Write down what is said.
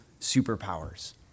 superpowers